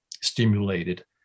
stimulated